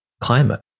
climate